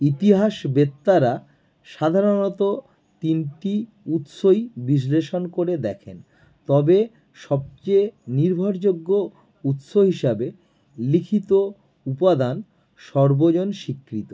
ইতিহাসবিদরা সাধারণত তিনটি উৎসই বিশ্লেষণ করে দেখেন তবে সবচেয়ে নির্ভরযোগ্য উৎস হিসাবে লিখিত উপাদান সর্বজন স্বীকৃত